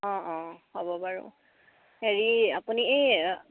অঁ অঁ হ'ব বাৰু হেৰি আপুনি এই